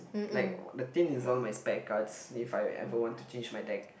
like the tin is all my spare cards if I ever want to change my deck